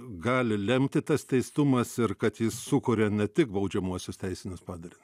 gali lemti tas teistumas ir kad jis sukuria ne tik baudžiamuosius teisinius padarinius